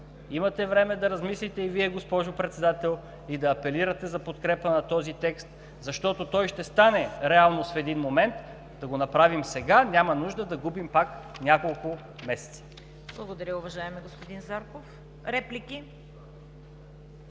Имате време да размислите и Вие, госпожо Председател, и да апелирате за подкрепа на този текст, защото той ще стане реалност в един момент. Да го направим сега, няма нужда да губим пак няколко месеца. ПРЕДСЕДАТЕЛ ЦВЕТА КАРАЯНЧЕВА: Благодаря, уважаеми господин Зарков. Реплики?